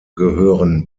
gehören